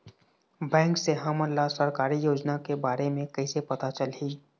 Bank से हमन ला सरकारी योजना के बारे मे कैसे पता चलही?